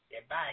Goodbye